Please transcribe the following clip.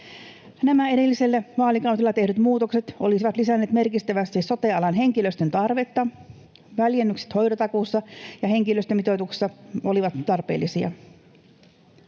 edellisellä vaalikaudella tehdyt muutokset olisivat lisänneet merkittävästi sote-alan henkilöstön tarvetta. Väljennykset hoitotakuussa ja henkilöstömitoituksessa olivat tarpeellisia.